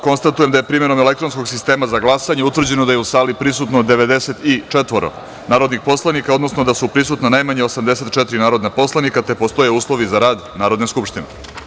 Konstatujem da je, primenom elektronskog sistema za glasanje, utvrđeno da su u sali prisutna 94 narodna poslanika, odnosno da su prisutna najmanje 84 narodna poslanika te postoje uslovi za rad Narodne skupštine.